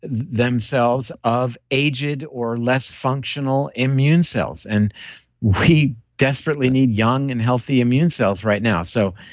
themselves of aged or less functional immune cells, and we desperately need young and healthy immune cells right now. so,